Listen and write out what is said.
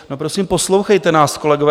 No prosím, poslouchejte nás, kolegové.